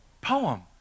poem